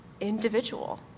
individual